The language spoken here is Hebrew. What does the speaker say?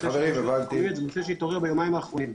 נושא שהתעורר ביומיים האחרונים.